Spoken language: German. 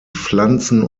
pflanzen